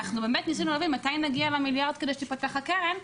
באמת ניסינו להבין מתי נגיע למיליארד כדי שתיפתח הקרן,